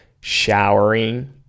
showering